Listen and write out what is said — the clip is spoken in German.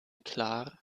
klar